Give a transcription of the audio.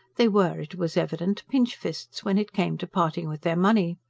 they were, it was evident, pinchfists when it came to parting with their money.